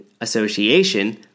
Association